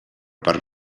parc